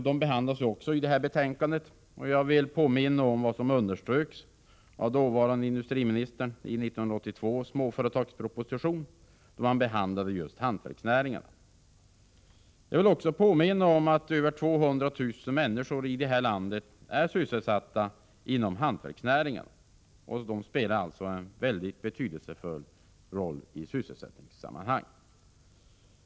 De behandlas också i detta betänkande, och jag vill påminna om vad dåvarande industriministern framhöll i 1982 års småföretagsproposition, då man behandlade just hantverksnäringarna. Jag vill också påminna om att över 200 000 människor i det här landet är sysselsatta inom hantverksnäringarna. De spelar alltså en mycket betydelsefull roll i sysselsättningssammanhang.